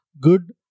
good